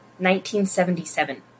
1977